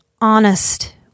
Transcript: honest